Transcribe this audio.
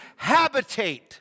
habitate